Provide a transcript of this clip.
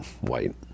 white